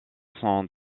sont